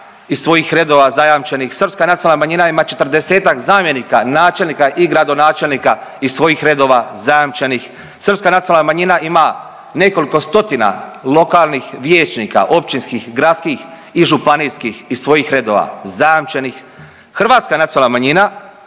iz svojih redova zajamčenih, srpska nacionalna manjina ima 40-tak zamjenika načelnika i gradonačelnika iz svojih redova zajamčenih, srpska nacionalna manjima ima nekoliko stotina lokalnih vijećnika, općinskih, gradskih i županijskih iz svojih redova zajamčenih. Hrvatska nacionalna manjina,